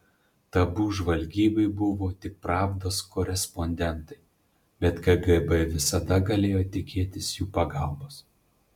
tabu žvalgybai buvo tik pravdos korespondentai bet kgb visada galėjo tikėtis jų pagalbos